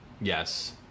Yes